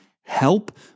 help